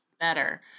better